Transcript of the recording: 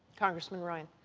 congressman ryan.